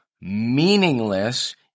meaningless